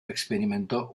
experimentó